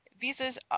Visas